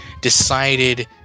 decided